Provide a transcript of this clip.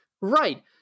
Right